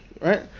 right